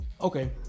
okay